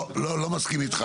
לא, לא מסכים איתך.